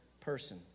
person